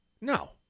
No